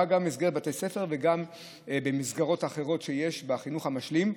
גם במסגרת בתי ספר וגם במסגרות אחרות שיש בחינוך המשלים,